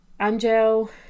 Angel